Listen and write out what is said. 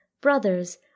brothers